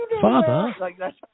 Father